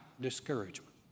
discouragement